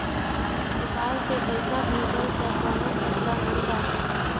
PayPal से पईसा भेजला पअ कवनो खतरा नाइ बाटे